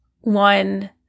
One